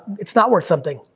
it's not worth something.